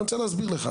אני רוצה להסביר לך,